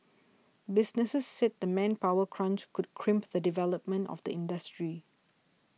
businesses said the manpower crunch could crimp the development of the industry